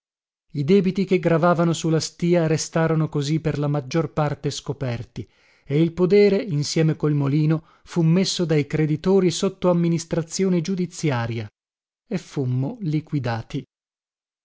i debiti che gravavano su la stìa restarono così per la maggior parte scoperti e il podere insieme col molino fu messo dai creditori sotto amministrazione giudiziaria e fummo liquidati